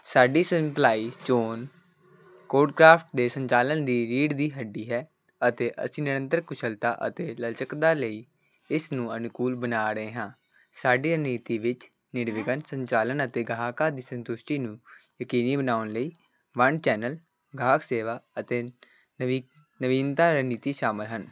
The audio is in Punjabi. ਸਾਡੀ ਸੰਪਲਾਈ ਚੋਨ ਕੋਡਕ੍ਰਾਫਟ ਦੇ ਸੰਚਾਲਨ ਦੀ ਰੀੜ੍ਹ ਦੀ ਹੱਡੀ ਹੈ ਅਤੇ ਅਸੀਂ ਨਿਰੰਤਰ ਕੁਸ਼ਲਤਾ ਅਤੇ ਲਚਕਤਾ ਲਈ ਇਸ ਨੂੰ ਅਨੁਕੂਲ ਬਣਾ ਰਹੇ ਹਾਂ ਸਾਡੀ ਰਣਨੀਤੀ ਵਿੱਚ ਨਿਰਵਿਘਨ ਸੰਚਾਲਨ ਅਤੇ ਗਾਹਕਾਂ ਦੀ ਸੰਤੁਸ਼ਟੀ ਨੂੰ ਯਕੀਨੀ ਬਣਾਉਣ ਲਈ ਵੰਡ ਚੈਨਲ ਗਾਹਕ ਸੇਵਾ ਅਤੇ ਨਵੀ ਨਵੀਨਤਾ ਰਣਨੀਤੀ ਸ਼ਾਮਲ ਹਨ